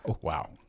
Wow